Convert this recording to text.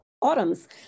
autumn's